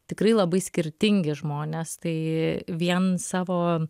tikrai labai skirtingi žmonės tai vien savo